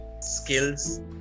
skills